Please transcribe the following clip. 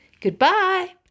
Goodbye